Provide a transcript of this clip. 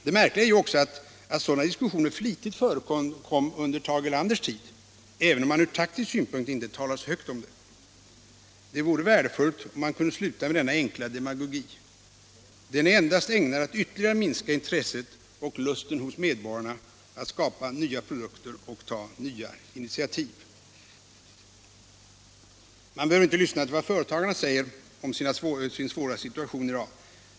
Det märkliga är ju också att sådana diskussioner ofta förekom på Tage Erlanders tid, även om man av taktiska skäl inte talade så högt om det. Det vore värdefullt om man kunde sluta med denna enkla demagogi. Den är endast ägnad att ytterligare minska intresset och lusten hos medborgarna att skapa nya produkter och ta nya initiativ. Man behöver inte lyssna till vad företagarna säger om sin svåra situation i dag.